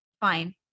Fine